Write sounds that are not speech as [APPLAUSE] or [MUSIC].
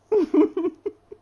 [LAUGHS]